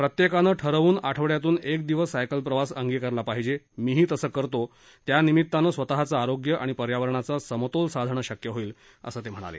प्रत्येकानं ठरवून आठवड्यातून एक दिवस सायकल प्रवास अंगिकारला पाहिजे त्यानिमित्तानं स्वतःचं आरोग्य आणि पर्यावरणाचा समतोल साधणं शक्य होईल असं ते म्हणाले